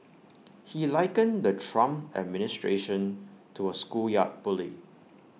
he likened the Trump administration to A schoolyard bully